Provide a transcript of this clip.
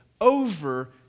over